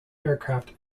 aircraft